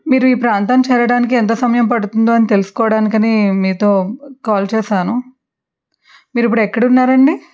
మీరు ఈ ప్రాంతం చేరడానికి ఎంత సమయం పడుతుందో అని తెలుసుకోడానికని మీతో కాల్ చేసాను మీరిప్పుడు ఎక్కడున్నారండి